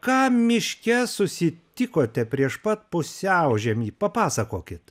ką miške susitikote prieš pat pusiaužiemį papasakokit